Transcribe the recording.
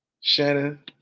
Shannon